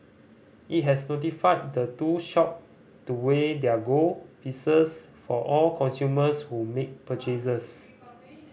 it has notified the two shop to weigh their gold pieces for all consumers who make purchases